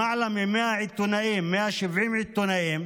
למעלה מ-100 עיתונאים, 170 עיתונאים,